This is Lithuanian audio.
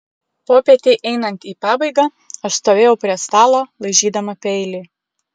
popietei einant į pabaigą aš stovėjau prie stalo laižydama peilį